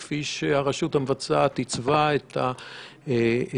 כפי שהרשות המבצעת עיצבה את ההסדרים.